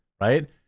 right